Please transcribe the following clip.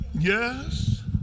Yes